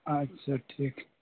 اچھا ٹھیک